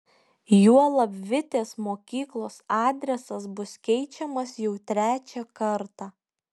juolab vitės mokyklos adresas bus keičiamas jau trečią kartą